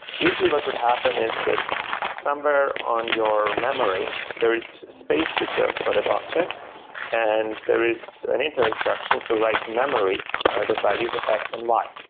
usually what would happen is that somewhere on your memory there is space reserved for that object and there is an and instruction to write to memory the values of x and y.